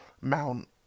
Mount